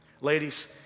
Ladies